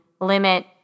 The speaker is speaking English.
limit